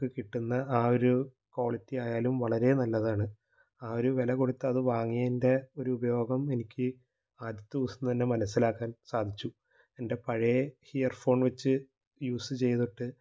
നമുക്ക് കിട്ടുന്ന ആ ഒരു ക്വാളിറ്റി ആയാലും അതു വളരെ നല്ലതാണ് ആ വില കൊടുത്തു അത് വങ്ങിയതിൻ്റെ ഉപയോഗം എനിക്ക് അടുത്ത ദിവസം തന്നെ മനസ്സിലാക്കാൻ സാധിച്ചു എൻ്റെ പഴയ ഇയർഫോൺ വച്ച് യൂസ് ചെയ്തിട്ട്